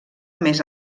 més